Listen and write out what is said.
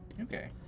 Okay